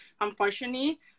unfortunately